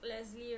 Leslie